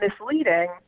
misleading